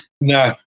No